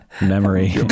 memory